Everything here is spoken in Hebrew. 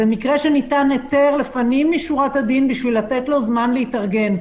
זה מקרה שניתן היתר לפנים משורת הדין בשביל לתת לו זמן להתארגן.